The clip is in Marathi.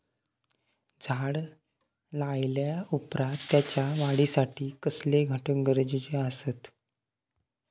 झाड लायल्या ओप्रात त्याच्या वाढीसाठी कसले घटक गरजेचे असत?